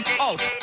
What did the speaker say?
out